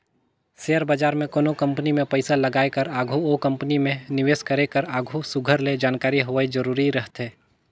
share बजार में कोनो कंपनी में पइसा लगाए कर आघु ओ कंपनी में निवेस करे कर आघु सुग्घर ले जानकारी होवई जरूरी रहथे